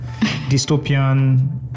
dystopian